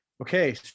Okay